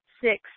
six